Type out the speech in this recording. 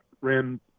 ran